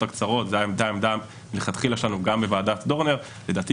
הקצרות זו מלכתחילה העמדה שלנו גם בוועדת דורנר - לדעתי